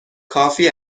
کافی